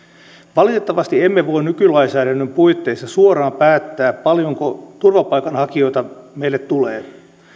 valitettavasti emme voi nykylainsäädännön puitteissa suoraan päättää paljonko turvapaikanhakijoita meille tulee